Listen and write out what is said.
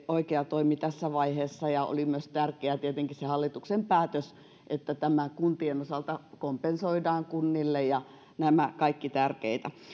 oikea toimi tässä vaiheessa oli myös tärkeä tietenkin se hallituksen päätös että tämä kuntien osalta kompensoidaan kunnille nämä ovat kaikki tärkeitä